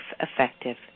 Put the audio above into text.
effective